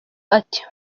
ati